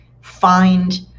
find